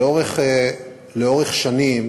לאורך שנים